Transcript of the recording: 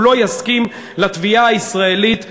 הוא לא יסכים לתביעה הישראלית המתמשכת,